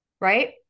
right